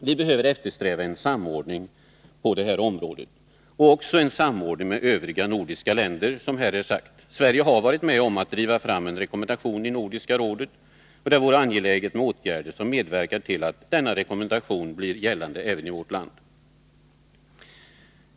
Vi behöver eftersträva en samordning på detta område även med övriga nordiska länder, vilket här framförts. Vi i Sverige har varit med om att driva fram en rekommendation i Nordiska rådet. Det vore angeläget med åtgärder som medverkar till att denna rekommendation gäller även i vårt land.